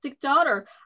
daughter